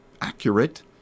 accurate